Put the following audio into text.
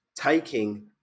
taking